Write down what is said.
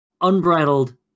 unbridled